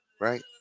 right